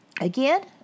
Again